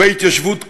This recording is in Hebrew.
בהתיישבות כולה.